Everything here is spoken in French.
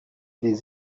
des